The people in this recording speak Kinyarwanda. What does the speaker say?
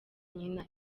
nyina